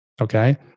okay